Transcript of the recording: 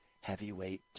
heavyweight